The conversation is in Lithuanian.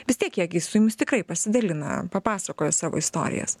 vis tiek jie gi su jumis tikrai pasidalina papasakoja savo istorijas